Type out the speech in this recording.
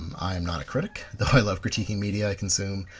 i am not a critic though i love critiquing media i consume.